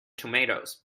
tomatoes